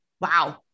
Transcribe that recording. Wow